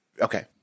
Okay